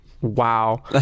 Wow